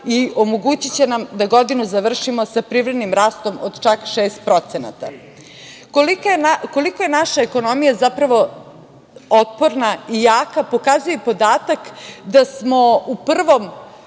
i omogućiće nam da godinu završimo sa privrednim rastom od čak 6%.Koliko je naša ekonomija zapravo otporna i jaka pokazuje i podatak da smo u prvom